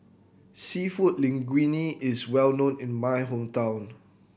Seafood Linguine is well known in my hometown